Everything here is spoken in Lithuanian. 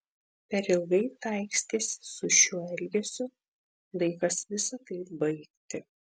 per ilgai taikstėsi su šiuo elgesiu laikas visa tai baigti